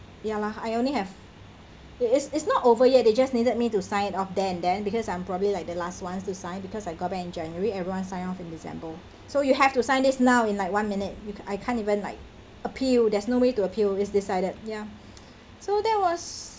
ya lah I only have it's it's not over yet they just needed me to sign off then then because I'm probably like the last one to sign because I got back in january everyone sign off in december so you have to sign this now in like one minute you I can't even like appeal there's no way to appeal it's decided ya so that was